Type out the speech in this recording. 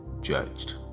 judged